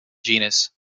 genus